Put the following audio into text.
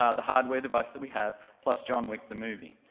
ah the hardware device that we have, plus john wick the movie,